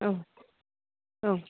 औ औ